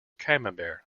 camembert